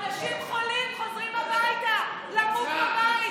אנשים חולים חוזרים הביתה למות בבית.